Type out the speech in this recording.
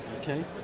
Okay